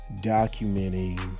documenting